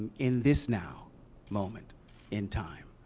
in this now moment in time.